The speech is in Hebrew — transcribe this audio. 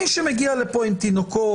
מי שמגיע לפה עם תינוק,